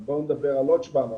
אז בואו נדבר על עוד 750